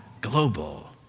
global